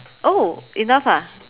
oh enough ah